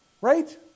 Right